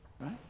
right